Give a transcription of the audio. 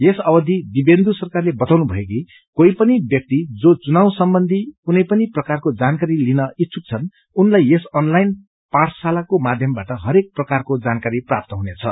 यस अवधि दिब्येन्दु सरकारले बताउनु भयो कि कोही पनि ब्यक्ति जो चुनाव सम्बन्धी कुनै पनि प्रकारको जानकारी लिन इच्छुक छन् उनलाई यस अनलाइन पाठशालाको माध्यमबाट हरेक प्रकारको जानकारी प्रप्त हुनेछ